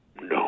No